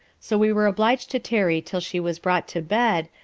so we were obliged to tarry until she was brought to bed,